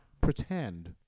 Pretend